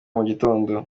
mugitondo